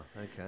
okay